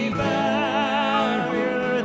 barrier